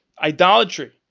idolatry